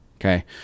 Okay